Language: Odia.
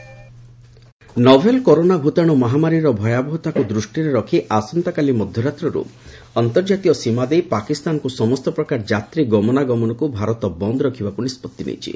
corona virus borders novel corona ଭୂତାଣୁ ମହାମାରୀର ଭୟାବହତାକୁ ଦୃଷ୍ଟିରେ ରଖି ଆସନ୍ତାକାଲି ମଧ୍ୟରାତ୍ରରୁ ଅନ୍ତର୍ଜାତୀୟ ସୀମା ଦେଇ ପାକିସ୍ତାନକୁ ସମସ୍ତ ପ୍ରକାର ଯାତ୍ରୀ ଗମନାଗମନକୁ ଭାରତ ବନ୍ଦ ରଖିବାକୁ ନିଷ୍ପଭି ନେଇଛି